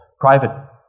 private